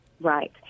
right